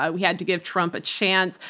ah we had to give trump a chance.